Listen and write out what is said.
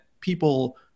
people